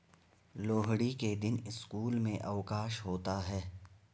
लोहड़ी के दिन स्कूल में अवकाश होता है